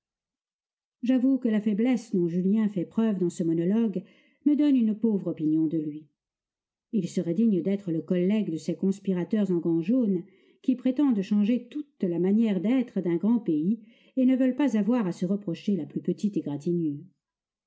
j'avoue que la faiblesse dont julien fait preuve dans ce monologue me donne une pauvre opinion de lui il serait digne d'être le collègue de ces conspirateurs en gants jaunes qui prétendent changer toute la manière d'être d'un grand pays et ne veulent pas avoir à se reprocher la plus petite égratignure